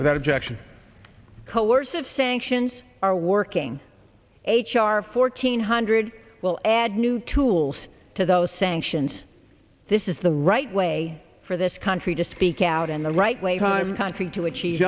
without objection coercive sanctions are working h r fourteen hundred will add new tools to those sanctions this is the right way for this country to speak out in the right way time country to achieve